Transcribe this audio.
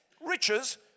riches